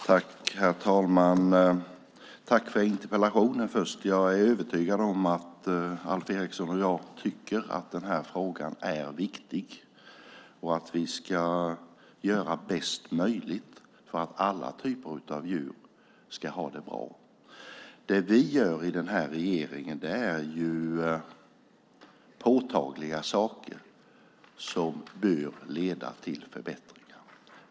Herr talman! Jag tackar för interpellationsdebatten. Jag är övertygad om att Alf Eriksson och jag tycker att den här frågan är viktig och att vi ska göra det bästa möjliga för att alla typer av djur ska ha det bra. Det vi gör i regeringen är påtagliga saker som bör leda till förbättringar.